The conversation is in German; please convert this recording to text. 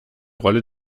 rolle